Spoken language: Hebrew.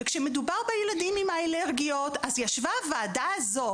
וכשמדובר בילדים עם אלרגיות אז ישבה הוועדה הזו